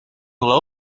low